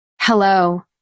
Hello